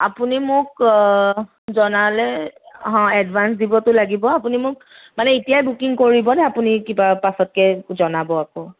আপুনি মোক জনালে হঁ এডভান্স দিবতো লাগিব আপুনি মোক মানে এতিয়াই বুকিং কৰিবনে আপুনি কিবা পাছতকৈ জনাব আকৌ